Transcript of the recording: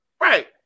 right